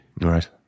Right